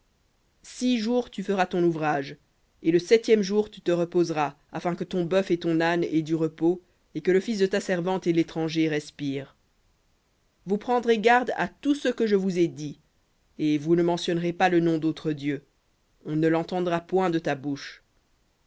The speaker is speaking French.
six jours tu feras ton ouvrage et le septième jour tu te reposeras afin que ton bœuf et ton âne aient du repos et que le fils de ta servante et l'étranger respirent vous prendrez garde à tout ce que je vous ai dit et vous ne mentionnerez pas le nom d'autres dieux on ne l'entendra point de ta bouche